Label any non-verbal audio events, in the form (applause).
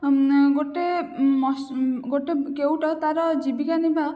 ଆମେ ଗୋଟେ (unintelligible) ଗୋଟେ କେଉଟ ତା'ର ଜୀବିକା ନିର୍ବାହ